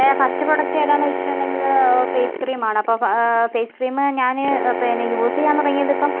എൻ്റെ first product എതാന്ന് ചോദിച്ചിട്ടുണ്ടെങ്കില് ഫേസ് ക്രീം ആണ് അപ്പം ഫേസ് ക്രീമ് ഞാന് പിന്നെ യൂസ് ചെയ്യാൻ തുടങ്ങിയതിപ്പം